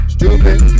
Stupid